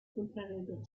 contrarreloj